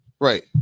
Right